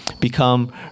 become